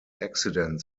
accident